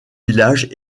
village